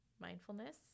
mindfulness